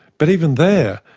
but even there,